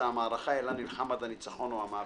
המערכה אלא נלחם על הניצחון או המוות."